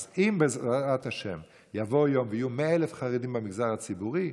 אז אם בעזרת השם יבוא יום ויהיו 100,000 חרדים במגזר הציבורי,